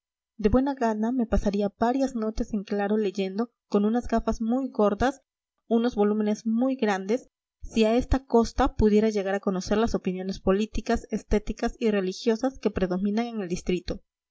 de buena gana me pasaría varias noches en claro leyendo con unas gafas muy gordas unos volúmenes muy grandes si a esta costa pudiera llegar a conocer las opiniones políticas estéticas y religiosas que predominan en el distrito